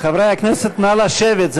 חברי הכנסת, נא לשבת.